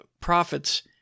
profits